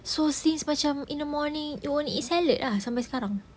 so since macam in the morning you only eat salad ah sampai sekarang